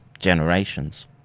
generations